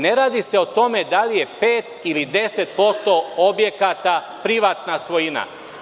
Ne radi se o tome da li je pet ili deset posto objekata privatna svojina.